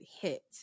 hit